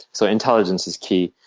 so intelligence is key.